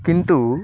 किन्तु